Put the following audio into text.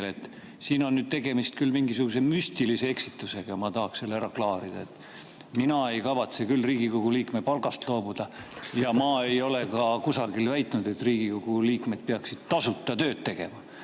Siin on nüüd küll tegemist mingisuguse müstilise eksitusega ja ma tahaks selle ära klaarida. Mina ei kavatse küll Riigikogu liikme palgast loobuda ja ma ei ole ka kusagil väitnud, et Riigikogu liikmed peaksid tasuta tööd tegema.